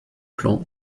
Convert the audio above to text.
plan